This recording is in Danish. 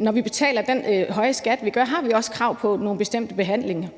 når vi betaler den høje skat, vi gør, har vi også krav på nogle bestemte behandlinger,